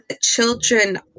Children